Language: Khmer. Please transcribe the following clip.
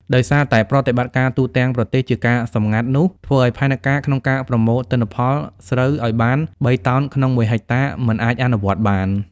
ដោយសារតែប្រតិបត្តិការទូទាំងប្រទេសជាការសម្ងាត់នោះ ធ្វើឱ្យផែនការក្នុងការប្រមូលទិន្នផលស្រូវឱ្យបាន បីតោនក្នុងមួយហិកតាមិនអាចអនុវត្តបាន។